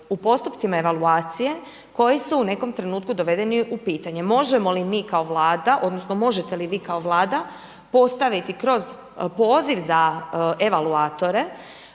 u postupcima evaluacije koji su u nekom trenutku dovedeni u pitanje. Možemo li mi kao Vlada, odnosno možete li vi kao Vlada postaviti kroz poziv za evaluatore,